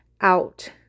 out